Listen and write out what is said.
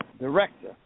director